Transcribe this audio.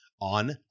on